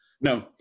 No